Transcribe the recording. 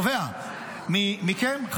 תובע מכם,